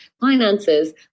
finances